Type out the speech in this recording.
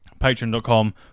patreon.com